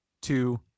two